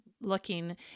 looking